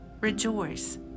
rejoice